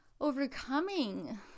overcoming